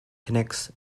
connects